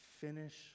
Finish